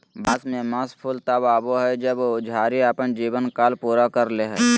बांस में मास फूल तब आबो हइ जब झाड़ी अपन जीवन काल पूरा कर ले हइ